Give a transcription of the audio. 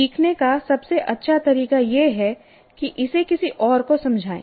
सीखने का सबसे अच्छा तरीका यह है कि इसे किसी और को समझाएं